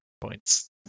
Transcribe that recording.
points